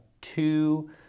two